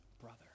brother